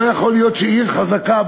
לא יכול להיות שעיר חזקה,